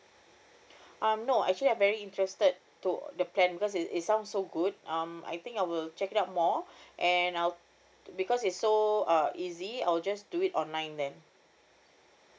um no actually I very interested to the plan because it it sounds so good um I think I will check it out more and I'll because it's so uh easy I'll just do it online then